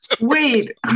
wait